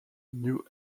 new